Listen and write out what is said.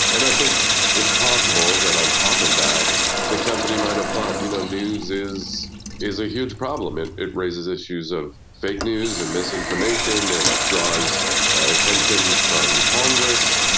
and i think it's possible that on top of that the company might have thought you know news is is a huge problem, it it raises issues of fake news and misinformation, it draws attention from congress,